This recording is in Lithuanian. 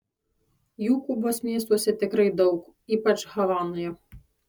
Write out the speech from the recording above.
jų kubos miestuose tikrai daug ypač havanoje